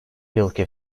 yılki